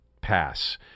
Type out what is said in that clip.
pass